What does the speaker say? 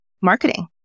marketing